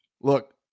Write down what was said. look